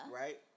Right